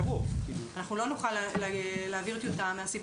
אנחנו לא נוכל להעביר טיוטה מסיבה